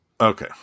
Okay